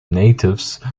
natives